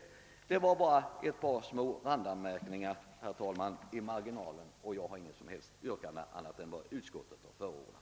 Herr talman! Detta var endast ett par små randanmärkningar, och jag har inget annat yrkande än vad utskottet har föreslagit.